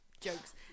Jokes